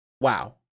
Wow